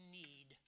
need